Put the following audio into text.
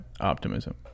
Optimism